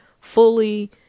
fully